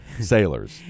sailors